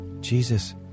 Jesus